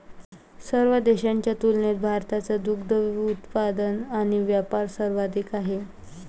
सर्व देशांच्या तुलनेत भारताचा दुग्ध उत्पादन आणि वापर सर्वाधिक आहे